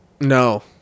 No